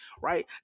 right